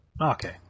Okay